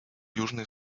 южный